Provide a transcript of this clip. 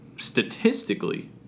statistically